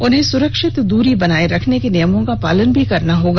उन्हें सुरक्षित दूरी बनाए रखने के नियमों का पालन भी करना होगा